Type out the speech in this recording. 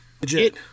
legit